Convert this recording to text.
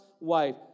wife